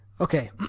Okay